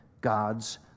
God's